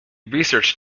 researched